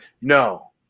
No